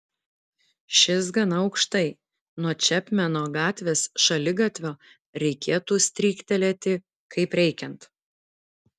šis gana aukštai nuo čepmeno gatvės šaligatvio reikėtų stryktelėti kaip reikiant